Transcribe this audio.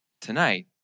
tonight